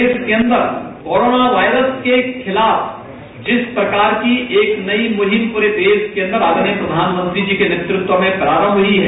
प्रदेश के अन्दर corona virus के खिलाफ जिस प्रकार की एक नई मुहिम पूरे देश के अन्दर आदरणीय प्रषानमंत्री के नेतृत्व में आरम्म हुई है